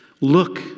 Look